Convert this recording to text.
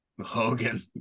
Hogan